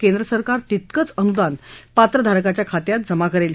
केंद्रसरकार तितकेच अनुदान पात्रधारकाच्या खात्यात जमा करेल